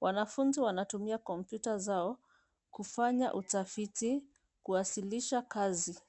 Wanafunzi wanatumia kompyuta zao kufanya utafiti kuasilisha kazi.